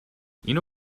اینو